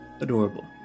Adorable